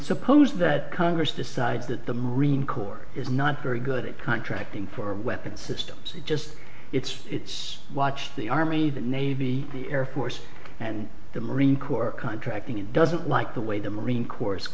suppose that congress decides that the marine corps is not very good at contracting for weapon systems it's just it's it's watch the army the navy the air force and the marine corps contracting and doesn't like the way the marine corps